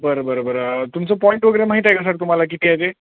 बरं बरं बरं तुमचं पॉईंट वगैरे माहिती आहे का सर तुम्हाला किती आहे